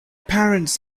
parents